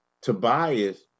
Tobias